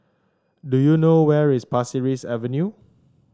do you know where is Pasir Ris Avenue